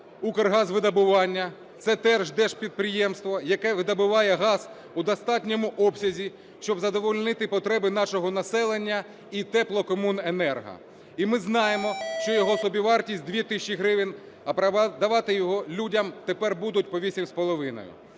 "Укргазвидобування". Це теж держпідприємство, яке видобуває газ у достатньому обсязі, щоб задовольнити потреби нашого населення і Теплокомуненерго. І ми знаємо, що його собівартість 2 тисячі гривень, а продавати його людям тепер будуть по 8,5.